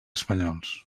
espanyols